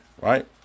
right